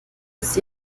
des